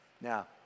Now